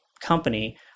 company